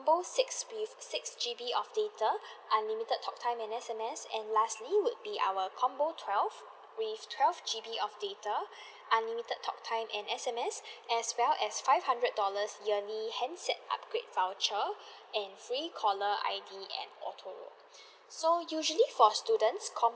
combo six with six G_B of data unlimited talk time and S_M_S and lastly would be our combo twelve with twelve G_B of data unlimited talk time and S_M_S as well as five hundred dollars yearly handset upgrade voucher and free caller I_D and auto roam so usually for students combo